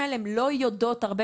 לא צריך לחכות ולהמתין כל כך הרבה